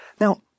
Now